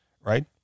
Right